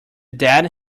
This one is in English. dead